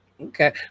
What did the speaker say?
Okay